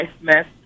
Smith